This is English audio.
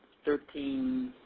thirteen,